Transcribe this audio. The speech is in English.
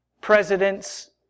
Presidents